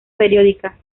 periódica